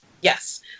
Yes